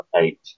eight